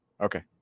Okay